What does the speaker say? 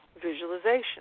visualization